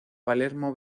palermo